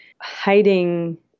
hiding